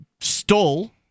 stole